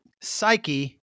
Psyche